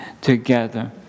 together